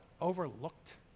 overlooked